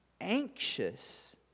anxious